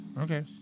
Okay